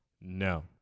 No